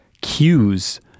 cues